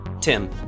Tim